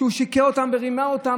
שהוא שיקר להם ורימה אותם,